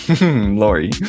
Lori